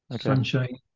sunshine